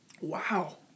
wow